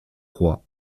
roi